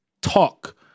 talk